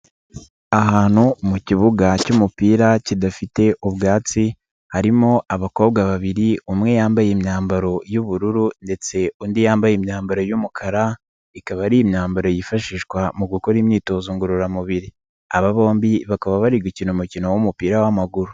Ahantu mu kibuga cy'umupira kidafite ubwatsi harimo abakobwa babiri umwe yambaye imyambaro y'ubururu ndetse undi yambaye imyambaro y'umukara ikaba ari imyambaro yifashishwa mu gukora imyitozo ngororamubiri, aba bombi bakaba bari gukina umukino w'umupira w'amaguru.